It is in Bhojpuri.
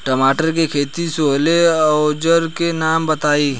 टमाटर के खेत सोहेला औजर के नाम बताई?